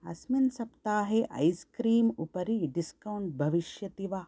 अस्मिन् सप्ताहे ice cream उपरि डिस्कौण्ट् भविष्यति वा